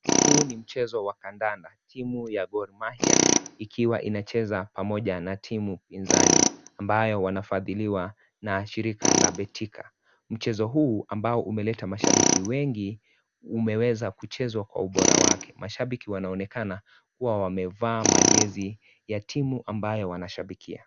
Huu ni mchezo wa kandanda timu ya GorMahia ikiwa inacheza pamoja na timu inzani ambayo wanafadhiliwa na shirika la Betika. Mchezo huu ambao umeleta mashabiki wengi, umeweza kuchezwa kwa ubora wake. Mashabiki wanaonekana kuwa wamevaa majezi ya timu ambayo wanashabikia.